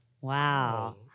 Wow